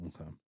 Okay